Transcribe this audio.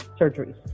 surgeries